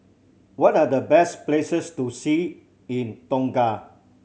what are the best places to see in Tonga